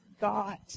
God